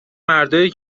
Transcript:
مردایی